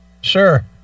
Sure